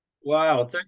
wow